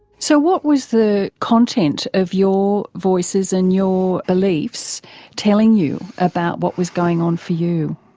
so what was the content of your voices and your beliefs telling you about what was going on for you?